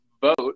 vote